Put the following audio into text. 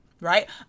Right